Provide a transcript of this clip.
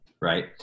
Right